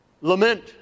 lament